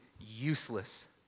useless